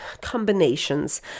combinations